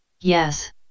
Yes